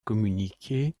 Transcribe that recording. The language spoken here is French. communiquer